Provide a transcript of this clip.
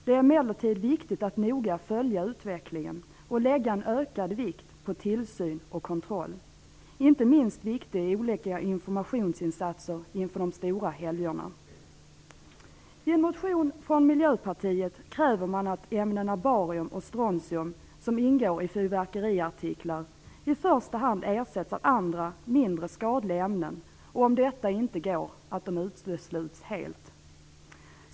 Det är emellertid viktigt att noga följa utvecklingen och lägga en ökad vikt på tillsyn och kontroll. Inte minst viktiga är olika informationsinsatser inför de stora helgerna. I en motion från Miljöpartiet kräver man att ämnena barium och strontium som ingår i fyrverkeriartiklar i första hand ersätts av andra, mindre skadliga ämnen, och om detta inte går att de utesluts helt.